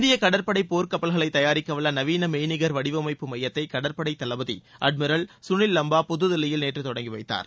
இந்திய கடற்படை போர் கப்பல்களை தயாரிக்கவல்ல நவீன மெய்நிகர் வடிவமைப்பு மையத்தை கடற்படை தளபதி அட்மிரல் சுனில் லம்பா புதுதில்லியில் நேற்று தொடங்கி வைத்தார்